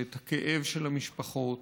ואת הכאב של המשפחות.